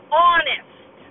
honest